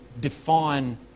define